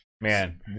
Man